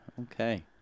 okay